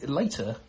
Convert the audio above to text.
later